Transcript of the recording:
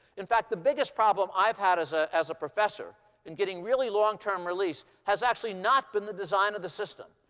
in fact, the biggest problem i've had as ah as a professor in getting really long term release has actually not been the design of the system.